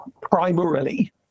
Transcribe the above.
primarily